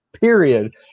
period